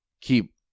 keep